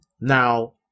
Now